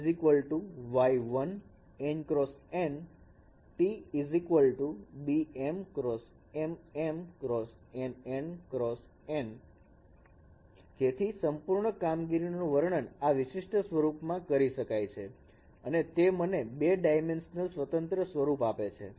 T T Y 1 n×n T Bm×m m×n n×n જેથી સંપૂર્ણ કામગીરીનું વર્ણન આ વિશિષ્ટ સ્વરૂપ માં કરી શકાય છે અને તે મને બે ડાયમેન્શનલ સ્વતંત્ર સ્વરૂપ આપે છે